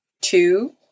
two